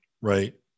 right